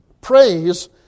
Praise